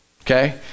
Okay